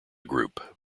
group